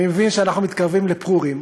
אני מבין שאנחנו מתקרבים לפורים.